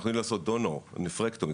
אנחנו יכולים לעשות Donor נפרקטומי.